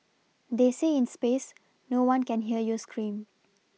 they say in space no one can hear you scream